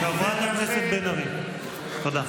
ולכן, חברת הכנסת בן ארי, תודה.